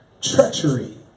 treachery